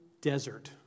desert